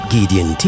Gideon